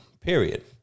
Period